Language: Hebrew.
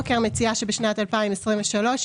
בוקר טוב,